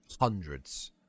hundreds